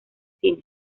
cine